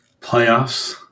Playoffs